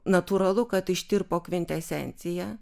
natūralu kad ištirpo kvintesencija